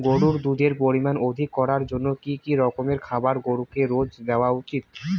গরুর দুধের পরিমান অধিক করার জন্য কি কি রকমের খাবার গরুকে রোজ দেওয়া উচিৎ?